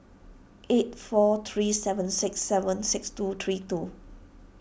eight four three seven six seven six two three two